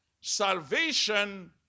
Salvation